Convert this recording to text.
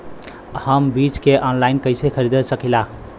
हम बीज के आनलाइन कइसे खरीद सकीला?